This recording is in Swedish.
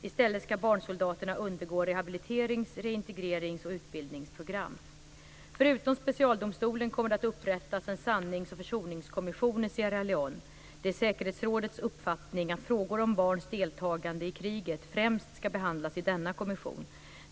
I stället ska barnsoldaterna undergå rehabiliterings-, reintegrerings och utbildningsprogram. Förutom specialdomstolen kommer det att upprättas en sannings och försoningskommission i Sierra Leone. Det är säkerhetsrådets uppfattning att frågor om barns deltagande i kriget främst ska behandlas i denna kommission.